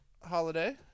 holiday